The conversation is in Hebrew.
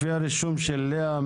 לפי הרישום של לאה,